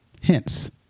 Hence